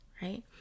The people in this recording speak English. right